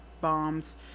bombs